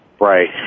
Right